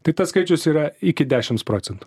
tai tas skaičius yra iki dešimts procentų